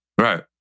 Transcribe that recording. Right